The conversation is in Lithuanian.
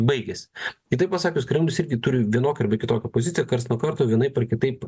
baigėsi kitaip pasakius kremlius irgi turi vienokią ar kitokią poziciją karts nuo karto vienaip ar kitaip